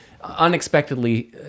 unexpectedly